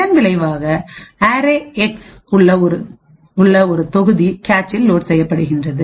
இதன் விளைவாக அரேxarrayx உள்ளஒரு தொகுதி கேச்சில் லோட் செய்யப்படுகின்றது